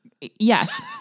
yes